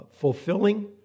fulfilling